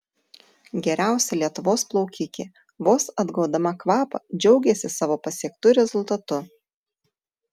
geriausia lietuvos plaukikė vos atgaudama kvapą džiaugėsi savo pasiektu rezultatu